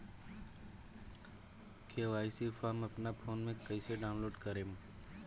KYC form अपना phone मे कइसे डाऊनलोड करेम?